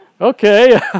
Okay